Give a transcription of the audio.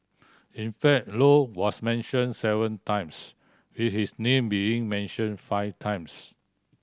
in fact Low was mentioned seven times with his name being mentioned five times